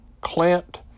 Clint